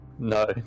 No